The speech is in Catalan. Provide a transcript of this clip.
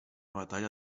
batalla